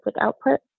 output